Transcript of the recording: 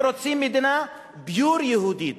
הם רוצים מדינה pure יהודית.